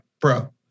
Bro